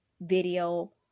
video